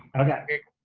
okay.